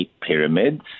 pyramids